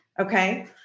okay